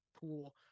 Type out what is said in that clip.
pool